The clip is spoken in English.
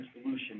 solution